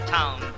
town